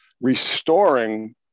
restoring